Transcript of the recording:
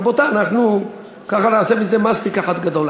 רבותי, אנחנו ככה נעשה מזה מסטיק אחד גדול.